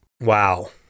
Wow